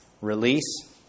release